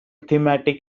thematic